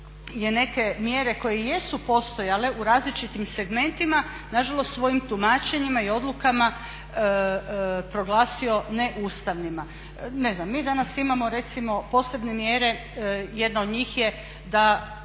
je neke mjere koje jesu postojale u različitim segmentima nažalost svojim tumačenjima i odlukama proglasio neustavnima. Mi danas imamo recimo posebne mjere, jedna od njih je da